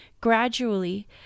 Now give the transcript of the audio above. Gradually